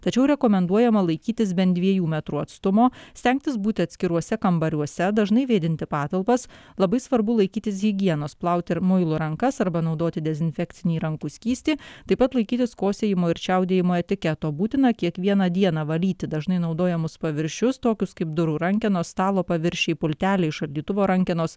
tačiau rekomenduojama laikytis bent dviejų metrų atstumo stengtis būti atskiruose kambariuose dažnai vėdinti patalpas labai svarbu laikytis higienos plauti ir muilu rankas arba naudoti dezinfekcinį rankų skystį taip pat laikytis kosėjimo ir čiaudėjimo etiketo būtina kiekvieną dieną valyti dažnai naudojamus paviršius tokius kaip durų rankenos stalo paviršiai pulteliai šaldytuvo rankenos